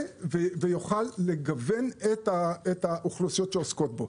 ויוכל לגוון את האוכלוסיות שעוסקות בו.